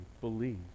believe